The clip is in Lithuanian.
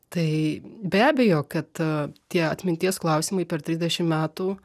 tai be abejo kad tie atminties klausimai per trisdešim metų